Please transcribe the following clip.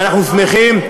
ואנחנו שמחים.